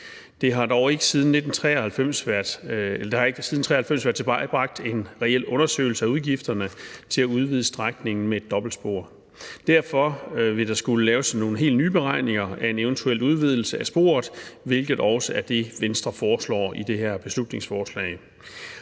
Der har dog ikke siden 1993 være tilvejebragt en reel undersøgelse af udgifterne til at udvide strækningen med et dobbeltspor. Derfor vil der skulle laves nogle helt nye beregninger af en eventuel udvidelse af sporet, hvilket også er det, Venstre foreslår i det her beslutningsforslag.